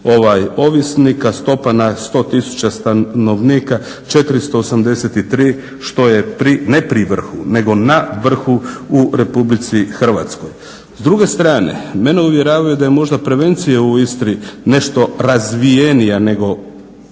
804 ovisnika, stopa na 100 tisuća stanovnika 483 što je ne pri vrhu nego na vrhu u RH. S druge strane mene uvjeravaju da je možda prevencija u Istri nešto razvijenija nego